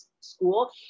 school